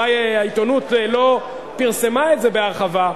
אולי העיתונות לא פרסמה את זה בהרחבה,